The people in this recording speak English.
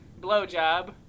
Blowjob